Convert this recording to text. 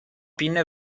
pinne